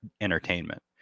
entertainment